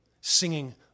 singing